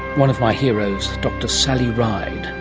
one of my heroes, dr sally ride,